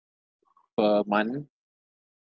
per month